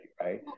right